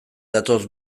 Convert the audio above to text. datoz